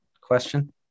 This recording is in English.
question